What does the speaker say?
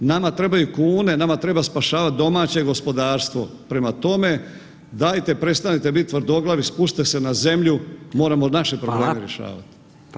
Nama trebaju kune, nama treba spašavati domaće gospodarstvo, prema tome dajte prestanite biti tvrdoglavi spustite se na zemlju, moramo naše probleme rješavat.